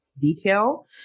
detail